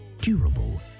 durable